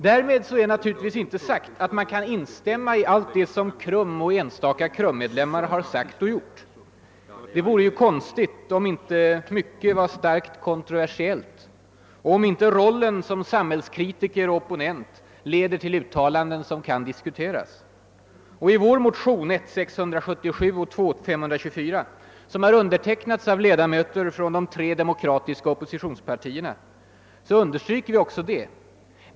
Därmed är det naturligtvis inte sagt att man kan instämma i allt vad KRUM, och enstaka KRUM-medlemmar, har sagt och gjort. Det vore ju konstigt om inte mycket vore starkt kontroversiellt och om inte rollen som samhällskritiker och opponent ibland leder till uttalanden som kan diskuteras. I vår motion I:677 och II: 524, som har undertecknats av ledamöter från de tre demokratiska oppositionspartierna understryker vi också det.